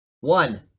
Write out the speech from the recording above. One